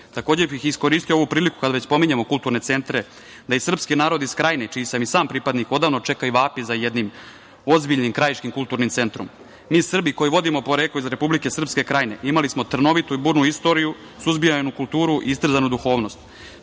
Pirotu. Takođe bih iskoristio ovu priliku, kada već pominjemo kulturne centre, da i srpski narod iz Krajine, čiji sam i sam pripadnik, odavno čeka i vapi za jednim ozbiljnim krajičkim kulturnim centrom. Mi Srbi, koji vodimo poreklo iz Republike Srpske Krajine, imali smo trnovitu i burnu istoriju, suzbijanu kulturu, istrzanu duhovnost.